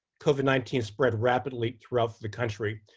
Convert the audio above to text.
covid nineteen spread rapidly throughout the country.